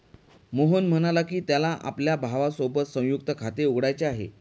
मोहन म्हणाला की, त्याला आपल्या भावासोबत संयुक्त खाते उघडायचे आहे